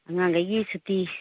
ꯑꯉꯥꯡꯒꯩꯒꯤ ꯁꯨꯇꯤ